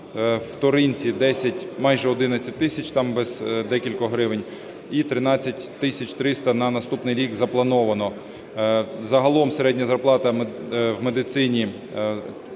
– 10, майже 11 тисяч, там без декількох гривень, і 13 тисяч 300 на наступний рік заплановано. Загалом середня зарплата в медицині в